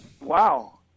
wow